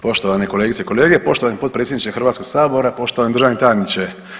Poštovane kolegice i kolege, poštovani potpredsjedniče Hrvatskoga sabora, poštovani državni tajniče.